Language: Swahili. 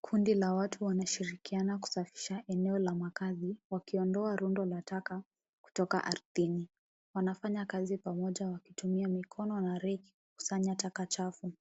Kundi la watu wanashirikiana kusafisha eneo la makaazi, wakiondoa rundo la taka kutoka ardhini. Wanafanya kazi pamoja wakitumia mikono na reki kukusanya taka chafu.